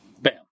bam